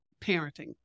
parenting